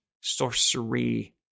sorcery